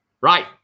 Right